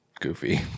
goofy